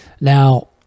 Now